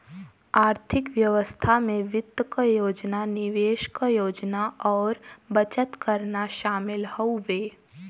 आर्थिक व्यवस्था में वित्त क योजना निवेश क योजना और बचत करना शामिल हउवे